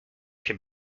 can